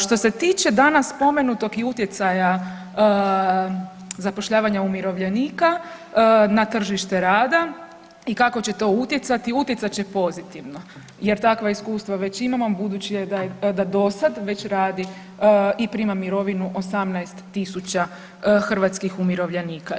Što se tiče danas spomenutog i utjecaja zapošljavanja umirovljenika na tržište rada i kako će to utjecati, utjecat će pozitivno jer takva iskustva već imamo budući da do sad već radi i prima mirovinu 18.000 hrvatskih umirovljenika.